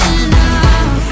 enough